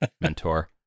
mentor